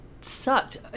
sucked